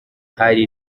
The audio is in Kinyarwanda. hari